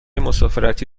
مسافرتی